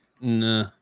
Nah